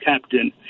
captain